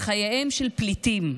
על חייהם של פליטים,